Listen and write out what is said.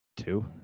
Two